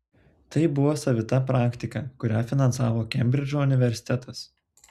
tai buvo savita praktika kurią finansavo kembridžo universitetas